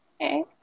Okay